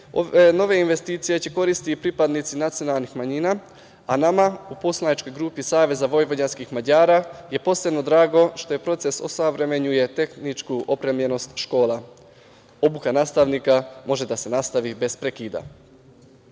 ove investicije će koristiti i pripadnici nacionalnih manjina, a nama u poslaničkoj grupi SVM je posebno drago što proces osavremenjuje tehničku opremljenost škola. Obuka nastavnika može da se nastavi bez